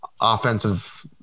offensive